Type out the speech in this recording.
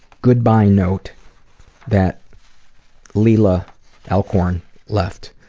good bye note that leila alcorn left.